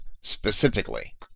specifically